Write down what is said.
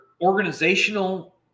organizational